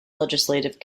legislative